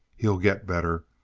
he'll get better,